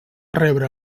rebre